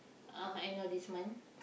uh end of this month